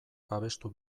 babestu